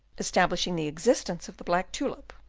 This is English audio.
establishing the existence of the black tulip,